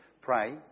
pray